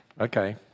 Okay